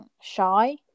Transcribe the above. shy